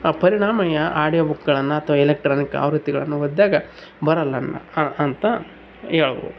ಆ ಪರಿಣಾಮ ಯಾವ ಆಡಿಯೋ ಬುಕ್ಗಳನ್ನು ಅಥ್ವ ಎಲೆಕ್ಟ್ರಾನಿಕ್ ಆವೃತ್ತಿಗಳನ್ನು ಓದಿದಾಗ ಬರೋಲ್ಲ ಅಂತ ಹೇಳ್ಬೋದು